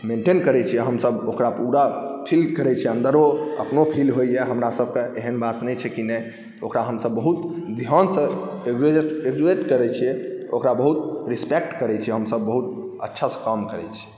maintain करैत छियै हमसभ ओकरा पूरा फील करैत छी अन्दरो अपनो फील होइए हमरासभके एहन बात नहि छै जे नहि ओकरा हमसभ बहुत ध्यानसँ एवलुएट एवेलुएट करै छियै ओकरा बहुत रिस्पेक्ट करैत छियै हमसभ बहुत अच्छासँ काम करै छियै